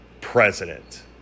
president